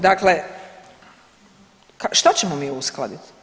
Dakle, šta ćemo mi uskladiti?